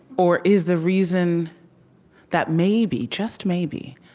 or is the reason that maybe, just maybe,